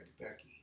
Becky